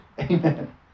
Amen